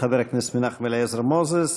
חבר הכנסת מנחם אליעזר מוזס,